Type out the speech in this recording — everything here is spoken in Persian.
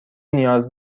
نیاز